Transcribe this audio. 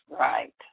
Right